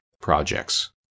projects